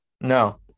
No